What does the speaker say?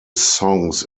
songs